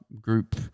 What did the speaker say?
group